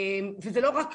וזה לא רק,